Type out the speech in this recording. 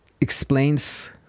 explains